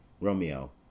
Romeo